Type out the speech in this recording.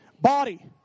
body